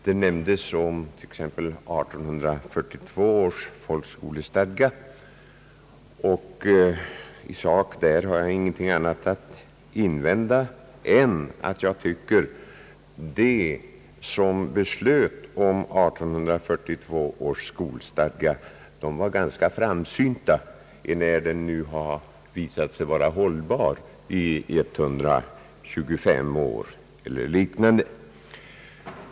Man nämnde t.ex. 1842 års folkskolestadga, och där har jag i sak ingenting annat att säga än att jag tycker att de som beslöt om 1842 års skolstadga var ganska framsynta eftersom den visat sig vara hållbar i cirka 125 år.